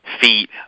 feet